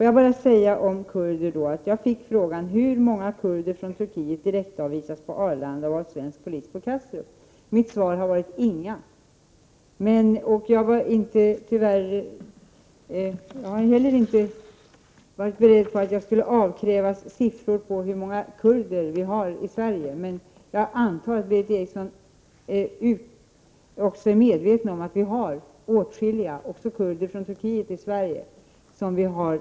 Jag har fått frågan hur många kurder från Turkiet som direktavvisas på Arlanda och av svenska polisen på Kastrup. Mitt svar är — inga. Tyvärr var jag inte beredd på att jag skulle avkrävas siffror på hur många kurder vi har i Sverige. Jag antar dock att Berith Eriksson är medveten om att vi även har tagit emot åtskilliga kurder från Turkiet. Därför tycker jag att Prot.